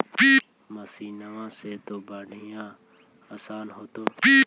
मसिनमा से तो बढ़िया आसन हो होतो?